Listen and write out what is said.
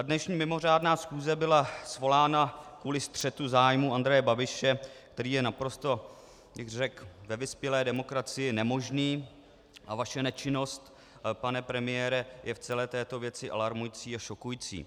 Dnešní mimořádná schůze byla svolána kvůli střetu zájmů Andreje Babiše, který je naprosto, bych řekl, ve vyspělé demokracii nemožný, a vaše nečinnost, pane premiére, je v celé této věci alarmující a šokující.